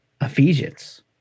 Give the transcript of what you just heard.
Ephesians